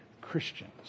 Christians